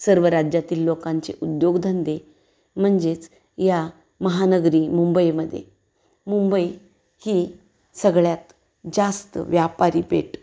सर्व राज्यातील लोकांचे उद्योगधंदे म्हणजेच या महानगरी मुंबईमध्ये मुंबई ही सगळ्यात जास्त व्यापारी पेठ